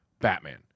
Batman